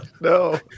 No